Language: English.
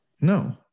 No